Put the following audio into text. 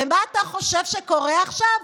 מה אתה חושב שקורה עכשיו?